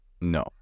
no